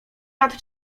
lat